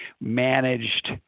managed –